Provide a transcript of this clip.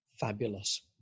Fabulous